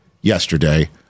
yesterday